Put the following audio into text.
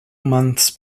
months